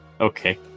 Okay